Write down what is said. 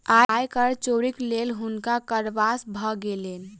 आय कर चोरीक लेल हुनका कारावास भ गेलैन